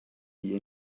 the